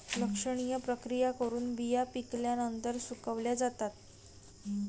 लक्षणीय प्रक्रिया करून बिया पिकल्यानंतर सुकवल्या जातात